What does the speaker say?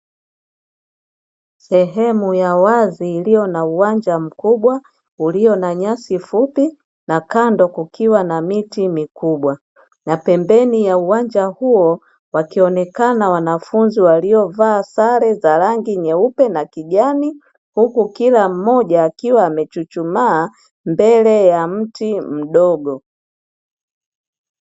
Sehemu ya wazi iliyo na uwanja mkubwa ulio na nyasi fupi na kando kukiwa na miti mikubwa, na pembeni ya uwanja huo wakionekana wanafunzi waliovaa sare za rangi nyeupe na kijani, huku kila mmoja akiwa amechuchumaa mbele ya mti mdogo.